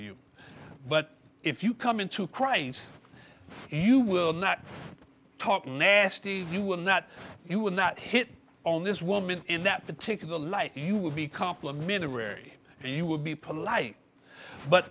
you but if you come into crane's you will not talk nasty you will not you will not hit on this woman in that particular life you will be complimentary and you will be polite but